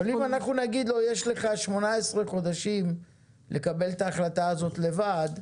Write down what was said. אם אנחנו נגיד לו יש לך 18 חודשים לקבל את ההחלטה הזאת לבד,